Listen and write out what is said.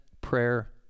prayer